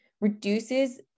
reduces